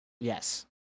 Yes